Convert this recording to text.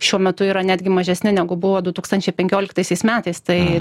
šiuo metu yra netgi mažesni negu buvo du tūkstančiai penkioliktaisiais metais tai